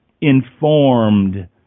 informed